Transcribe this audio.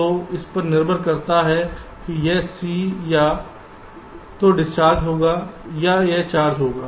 तो इस पर निर्भर करता है कि यह C या तो डिस्चार्ज होगा या यह चार्ज होगा